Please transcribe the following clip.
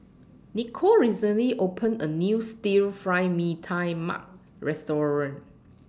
Nikko recently opened A New Stir Fry Mee Tai Mak Restaurant